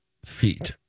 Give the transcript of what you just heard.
Feet